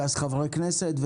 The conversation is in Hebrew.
את חברי הכנסת,